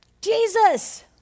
Jesus